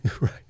Right